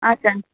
اَچھا